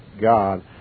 God